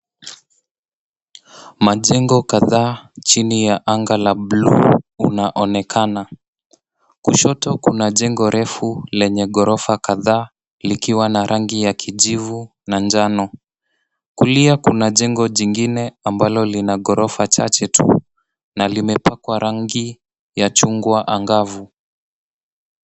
Majengo kadhaa chini ya anga la buluu, unaonekana. Kushoto kuna jengo refu lenye ghorofa kadhaa likiwa na rangi ya kijivu na njano. Kulia kuna jengo jingine ambalo lina ghorofa chache tu na limepakwa rangi ya chungwa angavu.